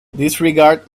disregard